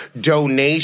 donation